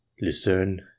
Lucerne